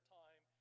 time